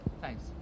Thanks